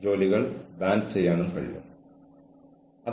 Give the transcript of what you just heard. ഈ വിഷയം എന്റെ ഹൃദയത്തോട് വളരെ അടുത്താണ്